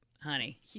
honey